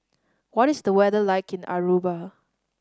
what is the weather like in Aruba